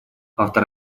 автор